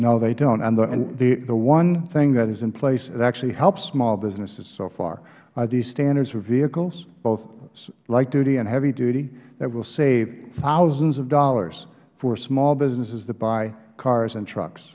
no they don't and the one thing that is in place that actually helps small businesses so far are these standards for vehicles both light duty and heavy duty that will save thousands of dollars for small businesses to buy cars and trucks